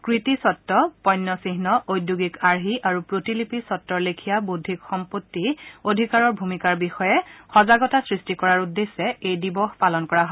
কৃতি স্বব্ব পণ্য চিহ্ন ঔদ্যোগিক আৰ্হি আৰু প্ৰতিলিপি স্বত্বৰ লেখিয়া বৌদ্ধিক সম্পত্তি অধিকাৰৰ ভূমিকাৰ বিষয়ে সজাগতা সৃষ্টি কৰাৰ উদ্দেশ্যে এই দিৱস পালন কৰা হয়